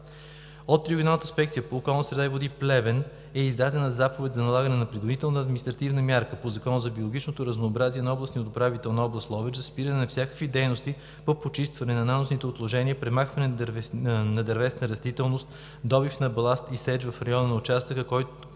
От Регионалната инспекция по околна среда и води – Плевен, е издадена заповед за налагане на принудителна административна мярка по Закона за биологичното разнообразие на областния управител на област Ловеч за спиране на всякакви дейности по почистване на наносните отложения, премахване на дървесната растителност, добив на баласт и сеч в района на участъка, който